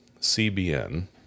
CBN